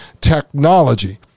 technology